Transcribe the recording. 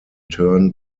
turn